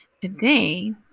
Today